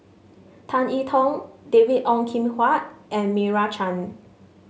Tan E Tong David Ong Kim Huat and Meira Chand